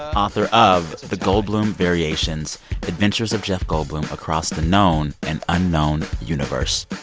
author of the goldblum variations adventures of jeff goldblum across the known and unknown universe,